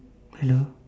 hello